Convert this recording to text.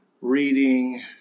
reading